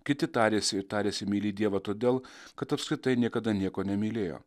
kiti tarėsi tarėsi mylį dievą todėl kad apskritai niekada nieko nemylėjo